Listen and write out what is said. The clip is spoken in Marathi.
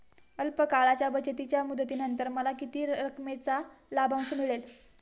अल्प काळाच्या बचतीच्या मुदतीनंतर मला किती रकमेचा लाभांश मिळेल?